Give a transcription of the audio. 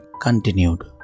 Continued